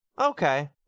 okay